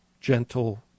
gentle